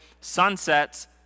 sunsets